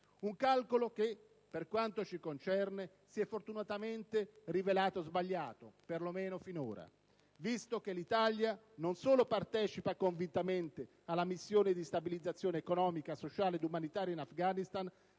Un calcolo che, per quanto ci concerne, si è fortunatamente rivelato sbagliato, perlomeno finora, visto che l'Italia non solo partecipa convintamente alla missione di stabilizzazione economica, sociale ed umanitaria in Afghanistan,